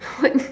what